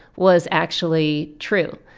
was actually true.